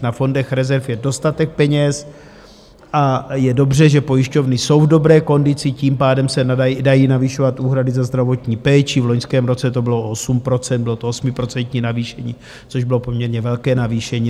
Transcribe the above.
Na fondech rezerv je dostatek peněz, je dobře, že pojišťovny jsou v dobré kondici, tím pádem se dají navyšovat úhrady za zdravotní péči, v loňském roce to bylo o 8 %, bylo to 8% navýšení, což bylo poměrně velké navýšení.